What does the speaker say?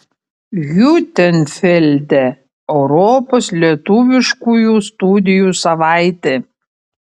hiutenfelde europos lietuviškųjų studijų savaitė